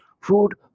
food